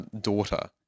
daughter